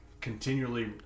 continually